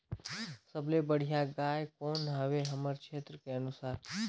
सबले बढ़िया गाय कौन हवे हमर क्षेत्र के अनुसार?